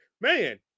man